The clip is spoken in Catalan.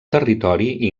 territori